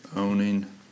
Owning